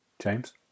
James